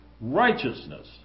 Righteousness